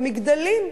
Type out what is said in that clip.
במגדלים.